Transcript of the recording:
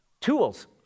tools